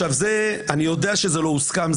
אני יודע שזה לא הוסכם.